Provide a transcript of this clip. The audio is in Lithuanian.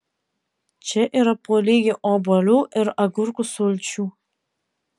čia yra po lygiai obuolių ir agurkų sulčių